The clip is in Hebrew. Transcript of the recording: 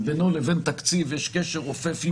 שבינו ובין תקציב יש קשר רופף,